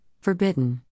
forbidden